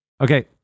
Okay